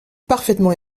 parfaitement